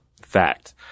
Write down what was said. fact